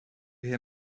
hear